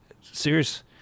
serious